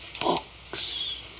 Books